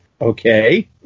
Okay